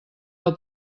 del